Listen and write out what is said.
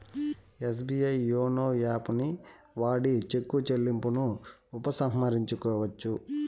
SBI YONO యాపుని వాడి చెక్కు చెల్లింపును ఉపసంహరించుకోవచ్చు